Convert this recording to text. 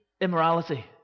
immorality